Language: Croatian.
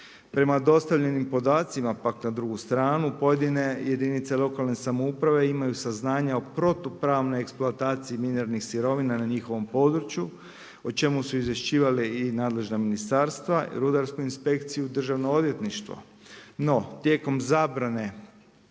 Prema dostavljenim podacima, pak na drugu stranu, pojedine jedinice lokalne samouprave, imaju saznanja o protupravne eksploatacije mineralnih sirovina na njihovim području, i čemu su izvješćivali i nadležna ministarstva, rudarsku inspekciju Državno odvjetništvo. No tijekom zabrane,